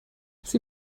sie